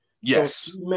Yes